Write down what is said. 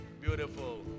beautiful